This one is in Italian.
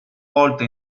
volta